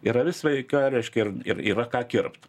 ir avis sveika reiškia ir ir yra ką kirpt